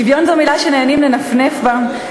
שוויון זו מילה שנהנים לנפנף בה,